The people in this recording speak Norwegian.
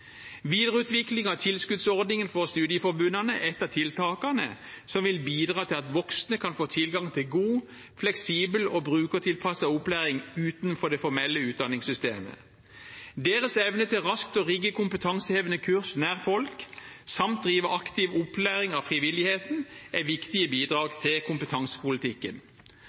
Videreutvikling av tilskuddsordningen for studieforbundene er et av tiltakene som vil bidra til at voksne kan få tilgang til god, fleksibel og brukertilpasset opplæring utenfor det formelle utdanningssystemet. Deres evne til raskt å rigge kompetansehevende kurs nær folk, samt drive aktiv opplæring av frivilligheten, er et viktig bidrag til kompetansepolitikken.